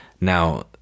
Now